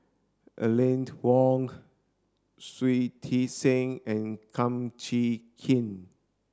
Aline Wong Shui Tit Sing and Kum Chee Kin